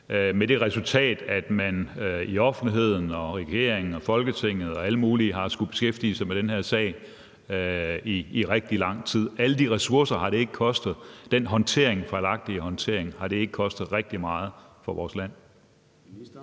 med det resultat, at man i offentligheden, i regeringen, i Folketinget og hos alle mulige andre har skullet beskæftige sig med den her sag i rigtig lang tid. Har den her fejlagtige håndtering med alle de ressourcer ikke kostet rigtig meget for vores land?